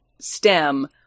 stem